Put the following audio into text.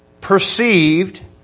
perceived